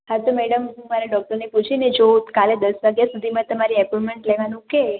હા તો મેડમ હું મારા ડોક્ટરને પૂછીને જોઉં કાલે દસ વાગ્યા સુધીમા તમારી એપોઇન્મેન્ટ લેવાનું કહે